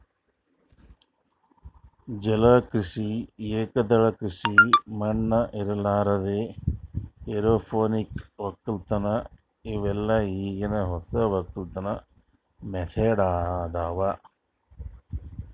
ಜಲ ಕೃಷಿ, ಏಕದಳ ಕೃಷಿ ಮಣ್ಣ ಇರಲಾರ್ದೆ ಎರೋಪೋನಿಕ್ ವಕ್ಕಲತನ್ ಇವೆಲ್ಲ ಈಗಿನ್ ಹೊಸ ವಕ್ಕಲತನ್ ಮೆಥಡ್ ಅದಾವ್